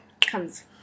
comes